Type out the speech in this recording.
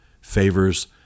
favors